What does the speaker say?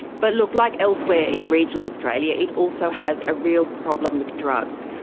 but look, like elsewhere in regional australia, it also has a real problem with drugs.